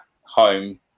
home